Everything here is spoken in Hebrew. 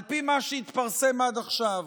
על פי מה שהתפרסם עד עכשיו,